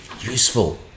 useful